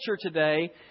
today